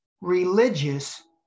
Religious